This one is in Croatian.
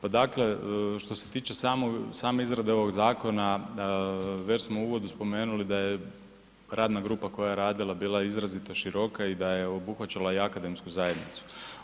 Pa dakle što se tiče same izrade ovog zakona, već smo u uvodu spomenuli da je radna grupa koja je radila bila izrazito široka i da je obuhvaćala i akademsku zajednicu.